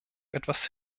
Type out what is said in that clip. etwas